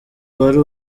wari